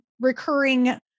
recurring